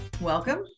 Welcome